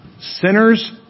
Sinners